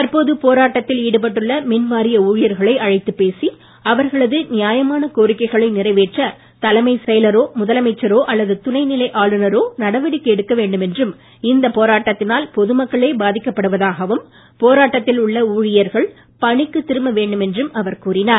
தற்போது போராட்டத்தில் ஈடுபட்டுள்ள மின்வாரிய ஊழியர்களை அழைத்து பேசி அவர்களது நியாயமான கோரிக்கைகளை நிறைவேற்ற தலைமைச் செயலரோ முதலமைச்சரோ அல்லது துணை நிலை ஆளுநரோ நடவடிக்கை எடுக்க வேண்டும் என்றும் இந்த பொதுமக்களே போராட்டத்தினால் போராட்டத்தில் உள்ள ஊழியர்கள் பணிக்கு திரும்ப வேண்டும் என்றும் அவர் கூறினார்